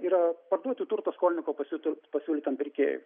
yra parduoti turtą skolininko pasiū pasiūlytam pirkėjui